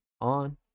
on